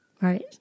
Right